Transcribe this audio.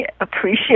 appreciate